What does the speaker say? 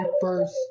first